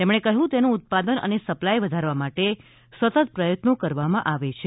તેમણે કહ્યું તેનું ઉત્પાદન અને સપ્લાય વધારવા માટે સતત પ્રયત્નો કરવામાં આવે છે